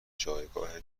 جایگاه